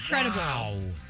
incredible